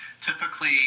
Typically